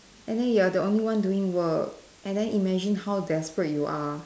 and then you're the only one doing work and then imagine how desperate you are